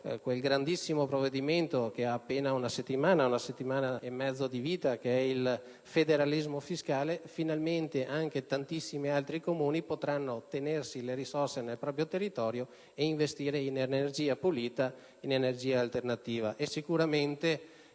quel grandissimo provvedimento che ha appena una settimana e mezza di vita, ossia il federalismo fiscale, finalmente anche tantissimi altri Comuni potranno tenersi le risorse nel proprio territorio e investire in energia pulita, in energia alternativa. In